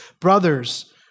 Brothers